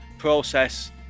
process